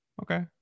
Okay